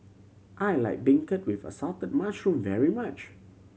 I like beancurd with assorted mushroom very much